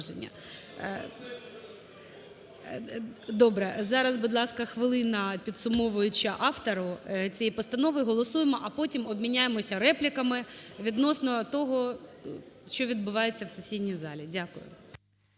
Добре. Зараз, будь ласка, хвилина підсумовуюча автору цієї постанови, голосуємо, а потім обміняємося репліками відносно того, що відбувається в сесійній залі. Дякую.